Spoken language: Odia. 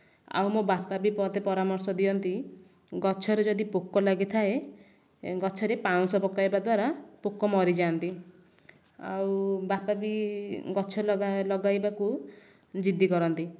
ଆଉ ମୋ ବାପା ବି ମୋତେ ପରାମର୍ଶ ଦିଅନ୍ତି ଗଛରେ ଯଦି ପୋକ ଲାଗିଥାଏ ଗଛରେ ପାଉଁଶ ପକାଇବା ଦ୍ଵାରା ପୋକ ମରିଯାଆନ୍ତି ଆଉ ବାପା ବି ଗଛ ଲଗାଇବାକୁ ଜିଦ୍ଦି କରନ୍ତି